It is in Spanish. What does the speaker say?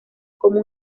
como